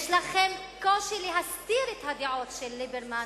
יש לכם קושי להסתיר את הדעות של ליברמן